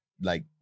Like-